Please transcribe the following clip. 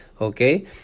okay